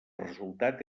resultat